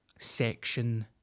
section